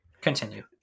continue